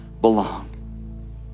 belong